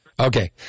Okay